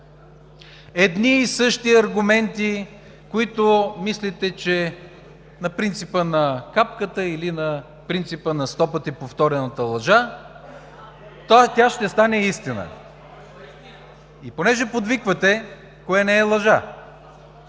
едни и същи аргументи, които мислите, че на принципа на капката или на принципа на сто пъти повторената лъжа, тя ще стане истина. (Реплика от ГЕРБ: „Кое е лъжа?“)